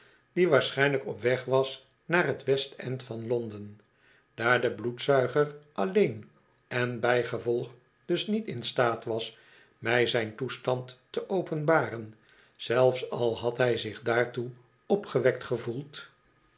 die waarschynlijk op weg was naar t west end van londen baarde bloedzuiger alleen en bijgevolg dus niet in staat was mij zijn toestand te openbaren zelfs al had hij zich daartoe opgewekt gevoeld